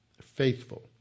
faithful